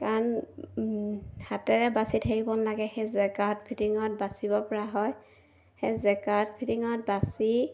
কাৰণ হাতেৰে বাচি থাকিব নালাগে সেই জেকাৰ্ত ফিটিঙত বাচিব পৰা হয় সেই জেকাৰ্ত ফিটিঙত বাচি